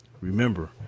Remember